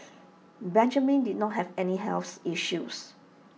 Benjamin did not have any health issues